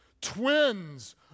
twins